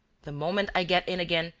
the moment i get in again,